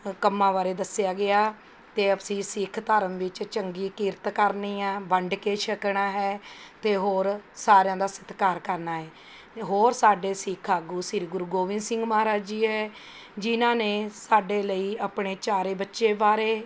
ਕੰਮਾਂ ਬਾਰੇ ਦੱਸਿਆ ਗਿਆ ਅਤੇ ਅਸੀਂ ਸਿੱਖ ਧਰਮ ਵਿੱਚ ਚੰਗੀ ਕਿਰਤ ਕਰਨੀ ਆ ਵੰਡ ਕੇ ਛਕਣਾ ਹੈ ਅਤੇ ਹੋਰ ਸਾਰਿਆਂ ਦਾ ਸਤਿਕਾਰ ਕਰਨਾ ਹੈ ਹੋਰ ਸਾਡੇ ਸਿੱਖ ਆਗੂ ਸ਼੍ਰੀ ਗੁਰੂ ਗੋਬਿੰਦ ਸਿੰਘ ਮਹਾਰਾਜ ਜੀ ਹੈ ਜਿਨ੍ਹਾਂ ਨੇ ਸਾਡੇ ਲਈ ਆਪਣੇ ਚਾਰੇ ਬੱਚੇ ਵਾਰੇ